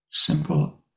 Simple